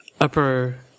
upper